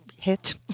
hit